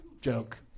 joke